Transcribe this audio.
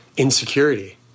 Insecurity